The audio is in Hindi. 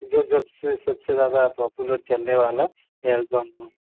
जो जबसे सबसे ज़्यादा पॉपुलर चलने वाला एलबम हो